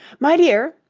my dear!